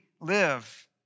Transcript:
live